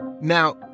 Now